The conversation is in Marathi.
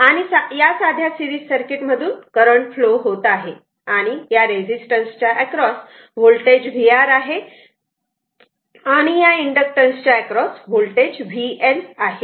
आणि या साध्या सिरीज सर्किट मधून करंट फ्लो होत आहे आणि या रेझिस्टन्स च्या एक्रॉस होल्टेज VR आहे आणि या इंडक्टॅन्स च्या एक्रॉस होल्टेज VL आहे